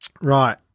Right